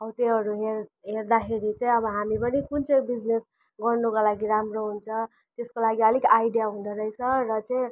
अब त्योहरू हेर् हेर्दाखेरि चाहिँ अब हामी पनि कुन चाहिँ बिजनेस गर्नुको लागि राम्रो हुन्छ त्यसको लागि अलिक आइडिया हुँदोरहेछ र चाहिँ